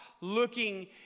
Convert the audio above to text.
looking